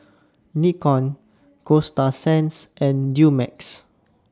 Nikon Coasta Sands and Dumex